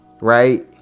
Right